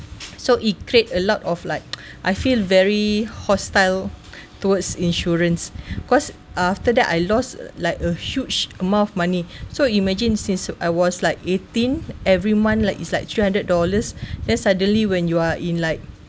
so it create a lot of like I feel very hostile towards insurance cause after that I lost uh like a huge amount of money so imagine since I was like eighteen every month like is like three hundred dollars then suddenly when you are in like